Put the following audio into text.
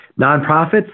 nonprofits